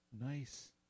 Nice